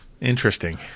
Interesting